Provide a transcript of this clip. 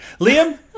Liam